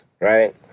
Right